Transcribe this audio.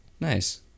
Nice